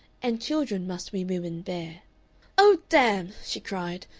and children must we women bear oh, damn! she cried,